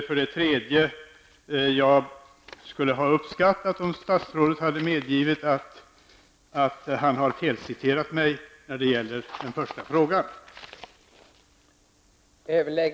Slutligen vill jag säga att jag skulle ha uppskattat om statsrådet hade medgivit att han har felciterat mig när det gäller den första frågan i interpellationen.